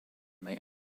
may